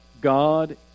God